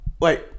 Wait